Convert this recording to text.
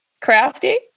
Crafty